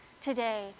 today